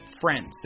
friends